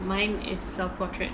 mine is self portrait